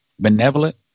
Benevolent